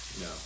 No